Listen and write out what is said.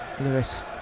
Lewis